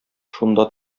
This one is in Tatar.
шунда